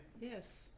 Yes